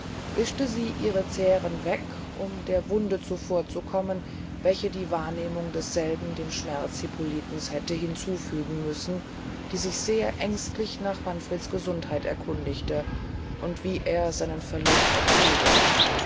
wischte sie ihre zähren weg um der wunde zuvorzukommen welche die wahrnehmung derselben dem schmerz hippolitens hätte hinzufügen müssen die sich sehr ängstlich nach manfreds gesundheit erkundigte und wie er seinen verlust ertrüge